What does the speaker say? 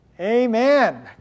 Amen